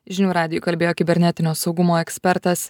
žinių radijui kalbėjo kibernetinio saugumo ekspertas